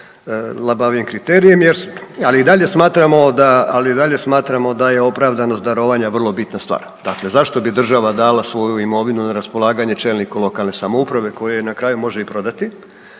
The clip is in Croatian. i dalje smatramo da, ali i dalje smatramo da je opravdanost darovanja vrlo bitna stvar. Dakle, zašto bi država dala svoju imovinu na raspolaganje čelniku lokalne samouprave koji ju na kraju može i prodati